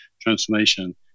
transformation